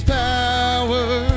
power